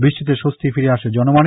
বৃষ্টিতে স্বস্তি ফিরে আসে জনমনে